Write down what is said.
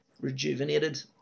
rejuvenated